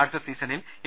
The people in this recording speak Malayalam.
അടുത്ത സീസണിൽ എ